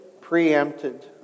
preempted